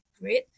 great